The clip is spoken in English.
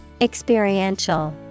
Experiential